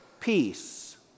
peace